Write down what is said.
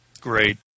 Great